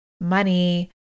money